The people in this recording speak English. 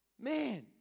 Man